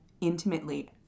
intimately